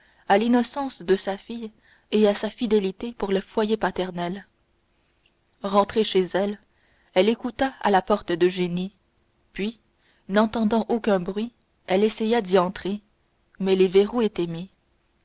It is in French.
à l'innocence de sa fille et à sa fidélité pour le foyer paternel rentrée chez elle elle écouta à la porte d'eugénie puis n'entendant aucun bruit elle essaya d'entrer mais les verrous étaient mis